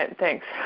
and thanks.